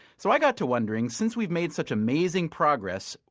so i got to wondering since we've made such amazing progress,